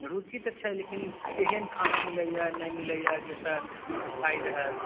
रुचि तऽ छै लेकिन केहन खाना मिलैया नहि मिलैया जाहिसॅं अच्छाइ रहै